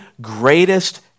greatest